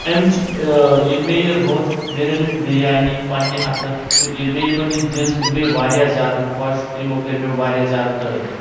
امچہِ ییٚلہِ مےٚ یہِ روٚن بیٚیہِ رٔنِم بِریانی پنٕنہِ اَتھٕ تہٕ ییٚلہِ مےٚ یمن یہِ دِژ یِم گٔے واریاہ زیادٕ خۅش تہٕ یمو کٔرۍ مےٚ واریاہ زیادٕ تعریٖف